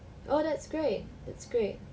oh that's great that's great